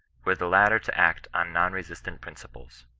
were the latter to act on non-resistant principles.